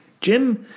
Jim